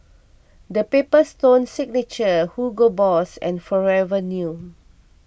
the Paper Stone Signature Hugo Boss and Forever New